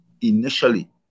initially